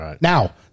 Now